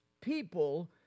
people